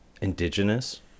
indigenous